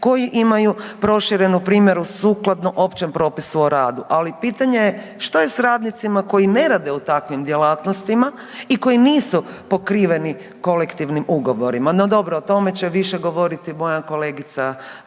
koji imaju proširenu primjenu sukladno općem propisu o radu. Ali pitanje je što je s radnicima koji ne rade u takvim djelatnostima i koji nisu pokriveni kolektivnim ugovorima? No dobro o tome će više govoriti moja kolegica Ivana